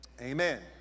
amen